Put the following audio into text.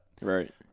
Right